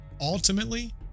Ultimately